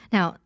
Now